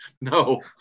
no